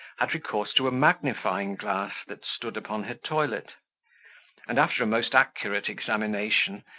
had recourse to a magnifying-glass that stood upon her toilet and, after a most accurate examination,